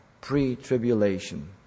pre-tribulation